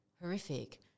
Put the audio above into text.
horrific